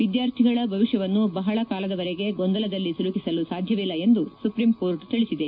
ವಿದ್ದಾರ್ಥಿಗಳ ಭವಿಷ್ಣವನ್ನು ಬಹಳ ಕಾಲದವರೆಗೆ ಗೊಂದಲದಲ್ಲಿ ಸಿಲುಕಿಸಲು ಸಾಧ್ಯವಿಲ್ಲ ಎಂದು ಸುಪ್ರೀಂಕೋರ್ಟ್ ತಿಳಿಸಿದೆ